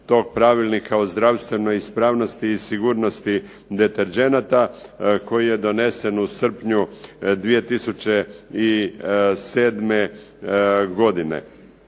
tog Pravilnika o zdravstvenoj ispravnosti i sigurnosti deterdženata, koji je donesen u srpnju 2007. godine.